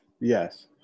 Yes